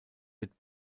wird